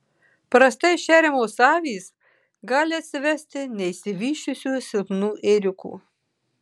prastai šeriamos avys gali atsivesti neišsivysčiusių silpnų ėriukų